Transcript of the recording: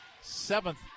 Seventh